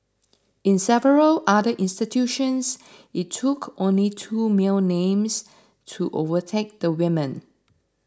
in several other institutions it took only two male names to overtake the women